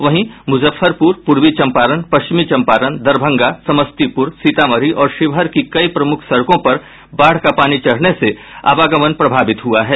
वहीं मुजफ्फरपुर पूर्वी चंपारण पश्चिमी चंपारण दरभंगा समस्तीपुर सीतामढ़ी और शिवहर की कई प्रमुख सड़कों पर बाढ़ का पानी चढ़ने से आवागमन प्रभावित हुआ है